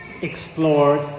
explored